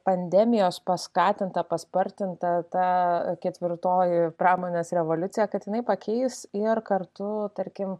pandemijos paskatinta paspartinta ta ketvirtoji pramonės revoliucija kad jinai pakeis ir kartu tarkim